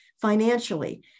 financially